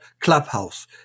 clubhouse